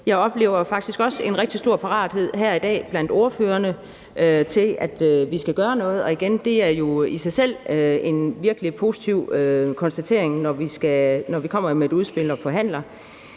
Jeg oplever faktisk også en rigtig stor parathed her i dag blandt ordførerne til, at vi skal gøre noget. Igen vil jeg sige, at det jo i sig selv virkelig er en positiv konstatering, når vi kommer med et udspil til forhandling.